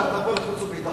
עזוב.